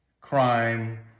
crime